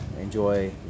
Enjoy